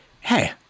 hey